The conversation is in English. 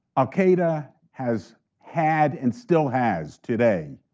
al-qaeda has had, and still has today,